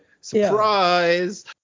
surprise